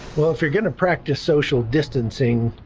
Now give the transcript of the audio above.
if you're going to practice social distancing,